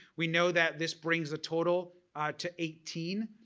we know that this brings the total to eighteen.